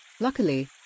Luckily